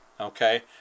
okay